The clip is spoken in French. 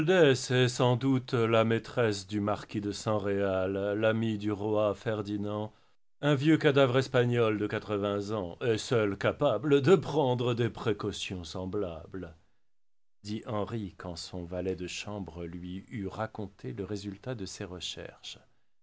sans doute la maîtresse du marquis de san réal l'ami du roi ferdinand un vieux cadavre espagnol de quatre-vingts ans est seul capable de prendre des précautions semblables dit henri quand son valet de chambre lui eut raconté le résultat de ses recherches